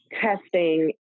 testing